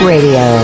Radio